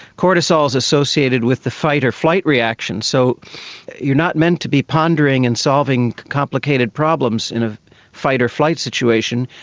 cortisol is associated with the fight or flight reaction, so you are not meant to be pondering and solving complicated problems in a fight or flight situation,